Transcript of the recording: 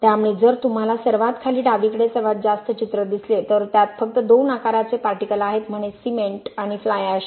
त्यामुळे जर तुम्हाला सर्वात खाली डावीकडे सर्वात जास्त चित्र दिसले तर त्यात फक्त दोन आकाराचे पार्टिकलआहेत म्हणे सिमेंट आणि फ्लाय एश